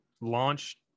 launch